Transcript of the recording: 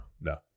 no